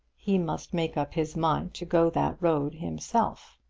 he must make up his mind to go that road himself.